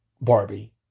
Barbie